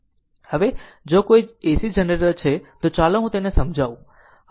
હવે જો કોઈ AC જનરેટર છે તો ચાલો હું તેને સમજાવું